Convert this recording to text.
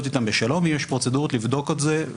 איתן בשלום ואם יש פרוצדורות ודרך לבדוק את זה.